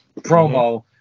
promo